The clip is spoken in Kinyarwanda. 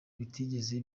bitigeze